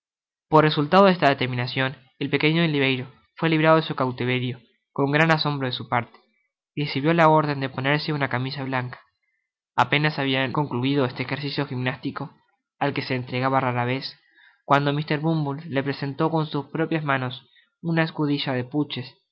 por resultado de esta determinacion el pequeño oliverio fué librado de su cautiverio con gran asombro de su parte y recibió la rdeu de ponerse una camisa blanca apenas habia concluido este ejercicio gimnástico al que se entregaba rara vez cuando mr bumble le presentó con sus propias manos una escudilla de puches